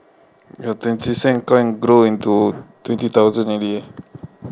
your twenty cent coin grow into twenty thousand already